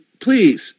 please